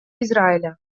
израиля